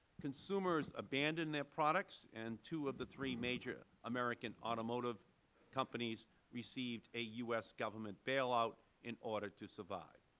consumers abandoned their products and two of the three major american automotive companies received a u s. government bailout in order to survive.